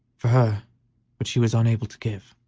for her which he was unable to give.